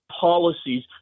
policies